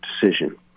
decision